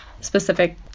specific